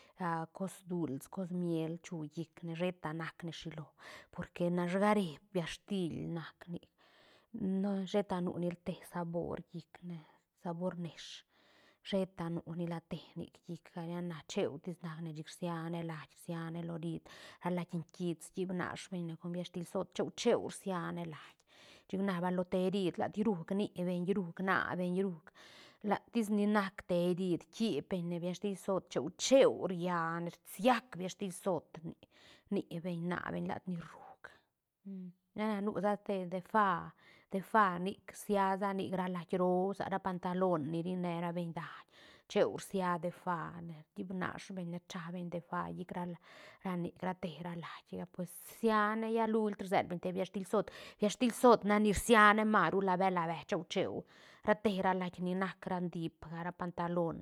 cos duls cos miel chu llic ne sheta nac ne shilo porque nash gare biash til nac nic no sheta nu nil te sabor llicne sabor nesh sheta nu nila te nic llicga lla na cheu tis nac ne chic rsiana lait rsiana lo rid ra lait kits kib nash beñ ne con biahs til zoot cheu cheu rsiane lait chic na bal lo te erid ltiruj nibeñ ruj nabeñ ruj latis ni nac te erid kib beñ ne biash til zoot cheu cheu ria ne rsiag biash til zoot ni- nibeñ nabeñ lat ni ruj lla na nusa te defá defá nic rsia sa nic la lait roo sa ra pantalon ni ri nerabeñ daiñ cheu rsia defáne rdiip nash beñ ne rcha beñ defá llic ra la ra nic ra te ra lait ga pues rsiane lla luutl rselbeñ te biash til zoot biash til zoot nac ni rsiane maru la be la be cheu cheu ra te ra lait ni nac ra diip ga ra pantalon